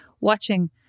watching